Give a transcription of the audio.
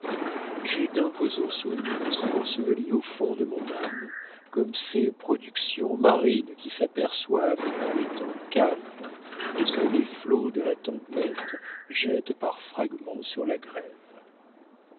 j'ai d'imposants souvenirs ensevelis au fond de mon âme comme ces productions marines qui s'aperçoivent par les temps calmes et que les flots de la tempête jettent par fragments sur la grève